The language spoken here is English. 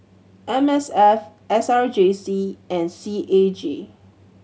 M S F S R J C and C A G